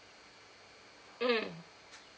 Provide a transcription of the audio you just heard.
mm